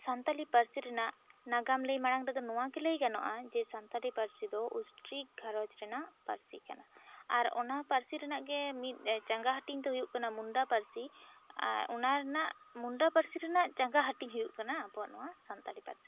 ᱥᱟᱱᱛᱟᱲᱤ ᱯᱟᱹᱨᱥᱤ ᱨᱮᱱᱟᱜ ᱱᱟᱜᱟᱢ ᱞᱟᱹᱭ ᱢᱟᱬᱟᱝ ᱨᱮᱫᱚ ᱱᱚᱣᱟ ᱜᱮ ᱞᱟᱹᱭ ᱜᱟᱱᱚᱜᱼᱟ ᱡᱮ ᱥᱟᱱᱛᱟᱲᱤ ᱯᱟᱹᱨᱥᱤ ᱫᱚ ᱚᱥᱴᱨᱤᱠ ᱜᱷᱟᱨᱚᱸᱡᱽ ᱨᱮᱱᱟᱜ ᱯᱟᱹᱨᱥᱤ ᱠᱟᱱᱟ ᱟᱨ ᱚᱱᱟ ᱯᱟᱹᱨᱥᱤ ᱨᱮᱱᱟᱜ ᱜᱮ ᱢᱤᱫ ᱪᱟᱸᱜᱟ ᱦᱟᱹᱴᱤᱧ ᱫᱚ ᱦᱩᱭᱩᱜ ᱠᱟᱱᱟ ᱢᱩᱱᱰᱟ ᱯᱟᱹᱨᱥᱤ ᱟᱨ ᱚᱱᱟ ᱨᱮᱱᱟᱜ ᱢᱩᱱᱰᱟ ᱯᱟᱹᱨᱥᱤ ᱨᱮᱱᱟᱜ ᱪᱟᱸᱜᱟ ᱦᱟᱹᱴᱤᱧ ᱦᱩᱭᱩᱜ ᱠᱟᱱᱟ ᱟᱵᱚᱣᱟᱜ ᱱᱚᱣᱟ ᱥᱟᱱᱛᱟᱲᱤ ᱯᱟᱹᱨᱥᱤ